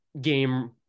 game